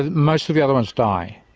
ah most of the other ones die,